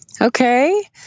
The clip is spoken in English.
Okay